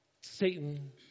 Satan